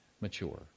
mature